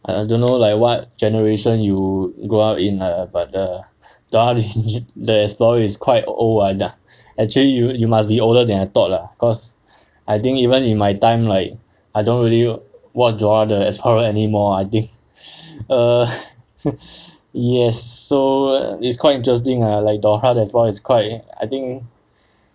I don't know like what generation you grow up in lah but the dora the explorer is quite old [one] lah actually you you must be older than I thought lah cause I think even in my time like I don't really watch dora the explorer anymore I think err yes so it's quite interesting uh like dora the explorer is quite I think